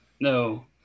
No